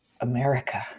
America